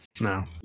No